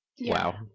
Wow